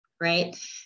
right